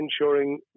ensuring